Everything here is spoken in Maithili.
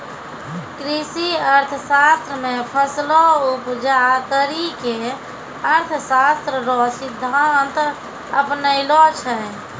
कृषि अर्थशास्त्र मे फसलो उपजा करी के अर्थशास्त्र रो सिद्धान्त अपनैलो छै